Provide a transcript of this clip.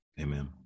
Amen